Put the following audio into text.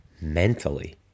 mentally